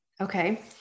Okay